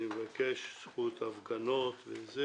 אני מבקש, זכות הפגנות וזה